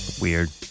weird